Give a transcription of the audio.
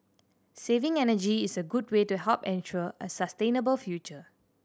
saving energy is a good way to help ensure a sustainable future